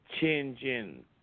changing